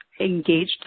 engaged